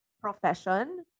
profession